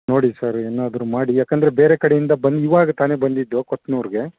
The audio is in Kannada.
ನೋಡಿ ಸರ್ ಏನಾದರು ಮಾಡಿ ಯಾಕಂದರೆ ಬೇರೆ ಕಡೆಯಿಂದ ಬಂದು ಇವಾಗ ತಾನೆ ಬಂದಿದ್ದು ಕೊತ್ನೂರ್ಗೆ